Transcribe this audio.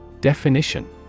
Definition